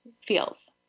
feels